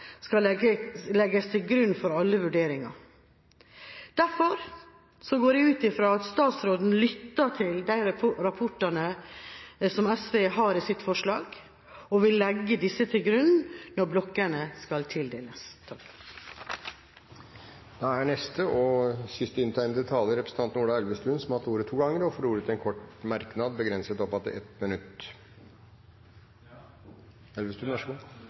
skal det ikke utvinnes olje. I avtalen står det også at føre-var-prinsippet skal legges til grunn for alle vurderinger. Derfor går jeg ut fra at statsråden lytter til de rapportene som SV nevner i sitt forslag, og legger disse til grunn når blokkene skal tildeles. Representanten Ola Elvestuen har hatt ordet to ganger tidligere og får ordet til en kort merknad, begrenset til 1 minutt.